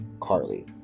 Carly